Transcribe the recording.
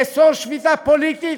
לאסור שביתה פוליטית,